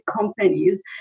companies